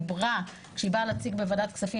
דיברה על נושא ההיטלים כשהיא באה להציג בוועדת הכספים,